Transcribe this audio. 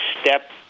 step